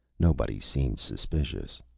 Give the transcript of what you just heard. nobody seemed suspicious.